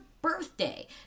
Birthday